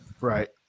Right